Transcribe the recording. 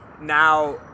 Now